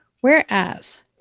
Whereas